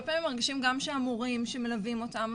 פעמים מרגישים גם שהמורים שמלווים אותם,